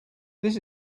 this